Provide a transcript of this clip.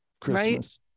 Christmas